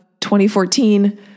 2014